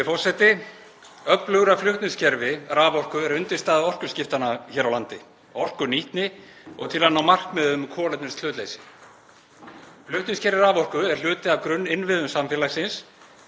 Virðulegi forseti. Öflugra flutningskerfi raforku er undirstaða orkuskiptanna hér á landi, orkunýtni og til að ná markmiðum um kolefnishlutleysi. Flutningskerfi raforku er hluti af grunninnviðum samfélagsins